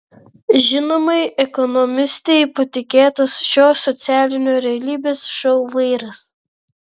žinomai ekonomistei patikėtas šio socialinio realybės šou vairas